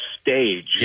stage